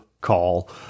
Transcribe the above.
call